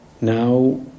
Now